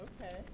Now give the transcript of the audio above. Okay